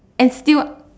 and still